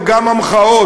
זה גם המחאות,